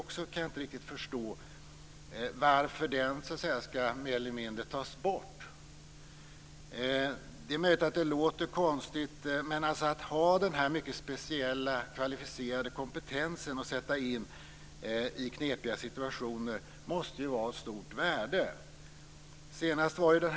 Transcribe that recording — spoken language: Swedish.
Jag kan inte förstå varför den mer eller mindre skall tas bort. Det är möjligt att det låter konstigt, men att ha denna mycket speciella kvalificerade kompetensen att sätta in i knepiga situationer måste ju vara av stort värde.